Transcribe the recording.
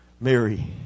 Mary